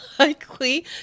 Likely